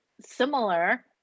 similar